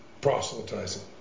proselytizing